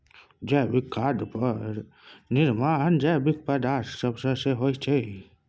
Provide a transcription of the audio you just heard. जैविक खाद केर निर्माण जैविक पदार्थ सब सँ होइ छै